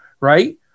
right